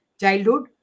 childhood